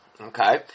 Okay